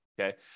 Okay